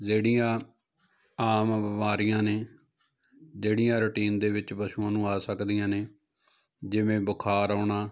ਜਿਹੜੀਆਂ ਆਮ ਬਿਮਾਰੀਆਂ ਨੇ ਜਿਹੜੀਆਂ ਰੂਟੀਨ ਦੇ ਵਿੱਚ ਪਸ਼ੂਆਂ ਨੂੰ ਆ ਸਕਦੀਆਂ ਨੇ ਜਿਵੇਂ ਬੁਖਾਰ ਆਉਣਾ